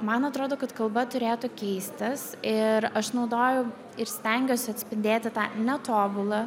man atrodo kad kalba turėtų keistis ir aš naudoju ir stengiuosi atspindėti tą netobulą